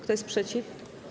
Kto jest przeciw?